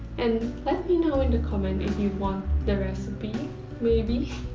and let me know in the comment if you want the recipe maybe?